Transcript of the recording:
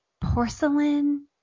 porcelain